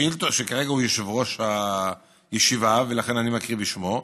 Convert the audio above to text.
שכרגע הוא יושב-ראש הישיבה ולכן אני מקריא בשמו: